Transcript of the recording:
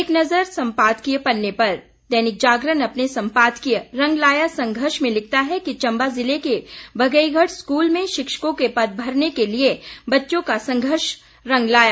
एक नज़र सम्पादकीय पन्ने पर दैनिक जागरण अपने सम्पादकीय रंग लाया संघर्ष में लिखता है कि ंचबा जिले के बघेईगढ़ स्कूल में शिक्षकों के पद भरने के लिए बच्चों का संघर्ष रंग लाया